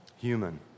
Human